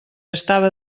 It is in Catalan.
estava